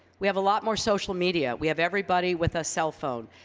we have a lot more social media, we have everybody with a cellphone.